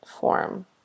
form